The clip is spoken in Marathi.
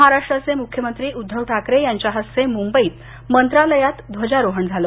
महाराष्ट्राचे मुख्यमंत्री उद्धव ठाकरे यांच्या हस्ते मुंबईत मंत्रालयात ध्वजारोहण झालं